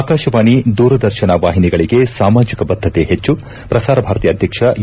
ಆಕಾಶವಾಣಿ ದೂರದರ್ಶನ ವಾಹಿನಿಗಳಿಗೆ ಸಾಮಾಜಿಕ ಬದ್ದತೆ ಹೆಚ್ಚು ಶ್ರಸಾರ ಭಾರತಿ ಅಧ್ಧಕ್ಷ ಎ